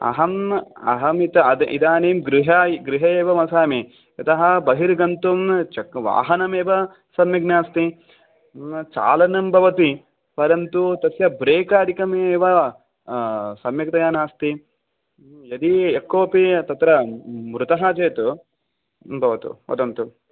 अहम् अहं इतः इदानीं गृह गृहे एव वसामि यतः बहिर्गन्तुं वाहनम् एव सम्यक् नास्ति चालनं भवति परन्तु तस्य ब्रेकादिकम् एव सम्यग्तया नास्ति यदि यत्कोपि तत्र मृतः चेत् भवतु वदन्तु